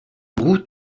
route